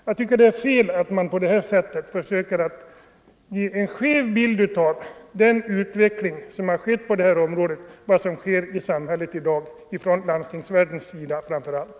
Jag tycker att det är fel att försöka ge en skev bild av den utveckling som skett på detta område och av vad landstingen gör i dagens samhälle.